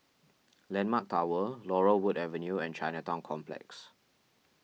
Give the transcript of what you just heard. Landmark Tower Laurel Wood Avenue and Chinatown Complex